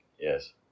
yes